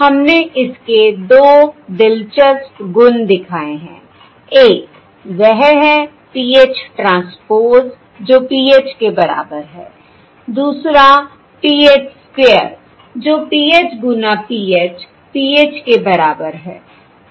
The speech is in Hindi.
हमने इसके दो दिलचस्प गुण दिखाए हैं एक वह है PH ट्रांसपोज़ जो PH के बराबर है I दूसरा PH स्क्वेयर जो PH गुना PH PH के बराबर है